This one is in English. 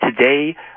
today